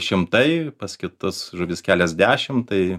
šimtai pas kitas žuvis keliasdešimt tai